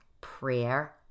Prayer